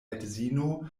edzino